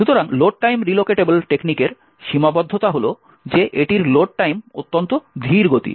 সুতরাং load time relocatable টেকনিকের সীমাবদ্ধতা হল যে এটির লোড টাইম অত্যন্ত ধীরগতির